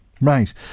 Right